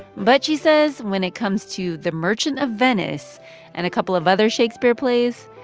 but she says when it comes to the merchant of venice and a couple of other shakespeare plays,